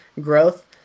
growth